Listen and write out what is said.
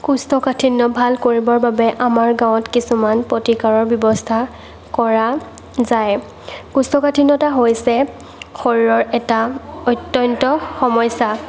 কৌষ্ঠকাঠিন্য ভাল কৰিবৰ বাবে আমাৰ গাঁৱত কিছুমান প্ৰতিকাৰৰ ব্যৱস্থা কৰা যায় কৌষ্ঠকাঠিন্যতা হৈছে শৰীৰৰ এটা অত্যন্ত সমস্যা